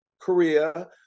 Korea